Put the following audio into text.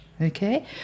Okay